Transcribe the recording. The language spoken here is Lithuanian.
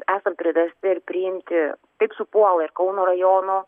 esam priversti ir priimti taip supuola ir kauno rajono